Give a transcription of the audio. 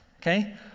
okay